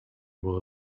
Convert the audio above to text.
will